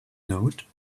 note